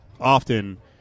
often